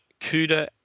CUDA